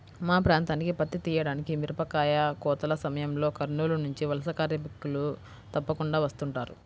మా ప్రాంతానికి పత్తి తీయడానికి, మిరపకాయ కోతల సమయంలో కర్నూలు నుంచి వలస కార్మికులు తప్పకుండా వస్తుంటారు